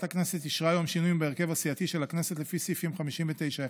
הכנסת אישרה היום שינויים בהרכב הסיעתי של הכנסת לפי סעיפים 59(1)